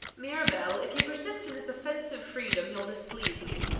mirabell, if you persist in this offensive freedom you'll displease me.